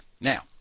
now